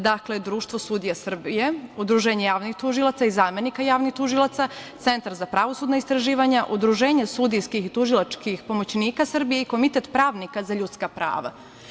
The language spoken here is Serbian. Dakle, Društvo sudija Srbije, Udruženje javnih tužilaca i zamenika javnih tužilaca, Centar za pravosudna istraživanja, Udruženje sudijskih i tužilačkih pomoćnika Srbije i Komitet pravnika za ljudska prava.